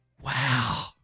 wow